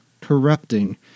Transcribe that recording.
corrupting